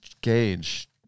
gauge